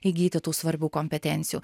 įgyti tų svarbių kompetencijų